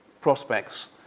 prospects